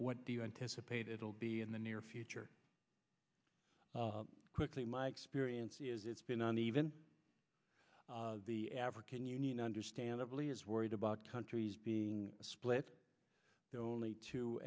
what do you anticipate it will be in the near future quickly my experience is it's been an even the african union understandably is worried about countries being split there are only two